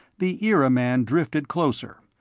the era man drifted closer,